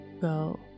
go